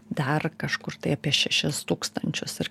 dar kažkur tai apie šešis tūkstančius ir